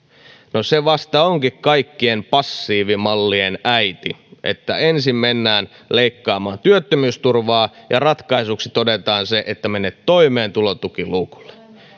no se vasta onkin kaikkien passiivimallien äiti että ensin mennään leikkaamaan työttömyysturvaa ja ratkaisuksi todetaan että mene toimeentulotukiluukulle